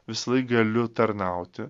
visąlaik galiu tarnauti